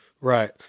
Right